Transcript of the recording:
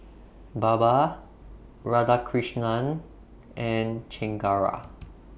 Baba Radhakrishnan and Chengara